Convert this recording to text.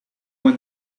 when